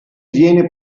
viene